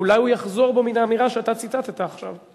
אולי הוא יחזור בו מן האמירה שאתה ציטטת עכשיו,